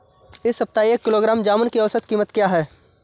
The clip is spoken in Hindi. इस सप्ताह एक किलोग्राम जामुन की औसत कीमत क्या है?